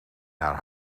naar